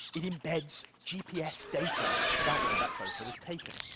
it embeds gps data about where that photo was taken.